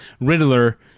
Riddler